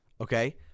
okay –